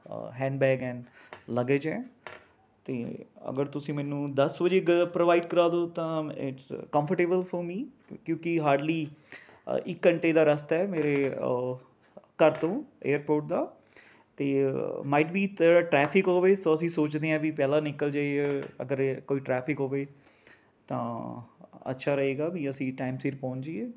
handbag and luggage ਹੈ ਅਤੇ ਅਗਰ ਤੁਸੀਂ ਮੈਨੂੰ ਦਸ ਵਜੇ ਗ ਪ੍ਰੋਵਾਈਡ ਕਰਾ ਦਿਉ ਤਾਂ ਇਟਸ ਕੰਫਰਟੇਬਲ ਫੋਰ ਮੀ ਕਿਉਂਕਿ ਹਾਰਡਲੀ ਇੱਕ ਘੰਟੇ ਦਾ ਰਸਤਾ ਹੈ ਮੇਰੇ ਘਰ ਤੋਂ ਏਅਰਪੋਰਟ ਦਾ ਅਤੇ ਮਾਈਟ ਬੀ ਦੇਅਰ ਟਰੈਫਿਕ ਹੋਵੇ ਸੋ ਅਸੀਂ ਸੋਚਦੇ ਹਾਂ ਵੀ ਪਹਿਲਾ ਨਿਕਲ ਜਾਈਏ ਅਗਰ ਕੋਈ ਟਰੈਫਿਕ ਹੋਵੇ ਤਾਂ ਅੱਛਾ ਰਹੇਗਾ ਵੀ ਅਸੀਂ ਟਾਈਮ ਸਿਰ ਪਹੁੰਚ ਜੀਏ